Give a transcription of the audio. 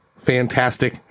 Fantastic